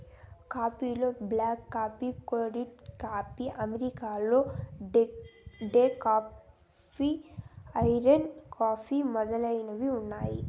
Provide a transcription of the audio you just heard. coffee లలో black coffee, cold coffee, americano, decaf, Irish coffee మొదలైనవి ఉన్నాయి